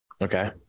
Okay